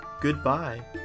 goodbye